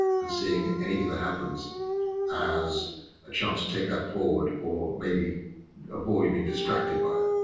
and seeing anything that happens as a chance to take that forward or maybe avoid being distracted by it.